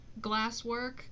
glasswork